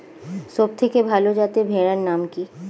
সবথেকে ভালো যাতে ভেড়ার নাম কি?